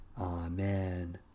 Amen